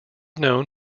known